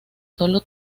solo